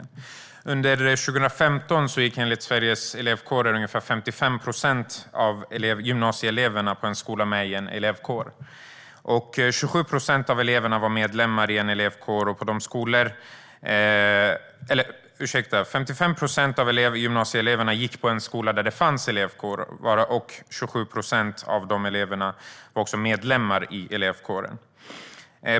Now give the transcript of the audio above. Under 2015 gick enligt Sveriges Elevkårer ungefär 55 procent av gymnasieeleverna i en skola där det fanns en elevkår. 27 procent av de eleverna var också medlemmar i elevkåren.